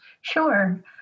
Sure